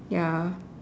ya